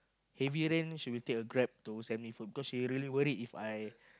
heavy rain she will take a Grab to send me food cause she really worried If I